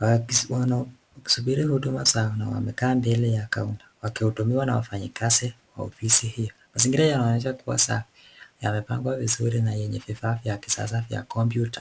waki wanao wakisubiri huduma zao na wamekaa mbele ya kaunta wakihudumiwa na wafanyikazi wa ofisi hiyo. Mazingira yanaonyesha kuwa safi, yamepangwa vizuri na yenye vifaa vya kisasa vya kompyuta.